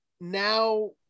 now